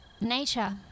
nature